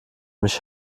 mich